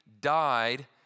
died